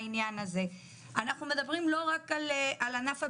אנחנו מדברים לא רק על ענף הבניה,